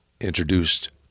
introduced